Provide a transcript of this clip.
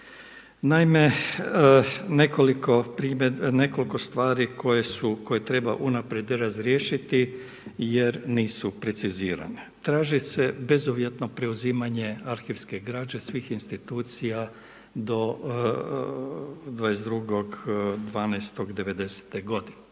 Naime, nekoliko stvari koje treba unaprijed razriješiti jer nisu precizirane. Traži se bezuvjetno preuzimanje arhivske građe svih institucija do 22.12.'90.-te godine.